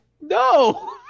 No